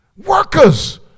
Workers